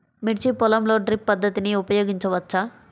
మిర్చి పొలంలో డ్రిప్ పద్ధతిని ఉపయోగించవచ్చా?